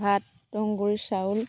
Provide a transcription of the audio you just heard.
ভাত তুঁহগুৰি চাউল